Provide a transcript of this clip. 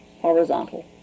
horizontal